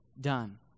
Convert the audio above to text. done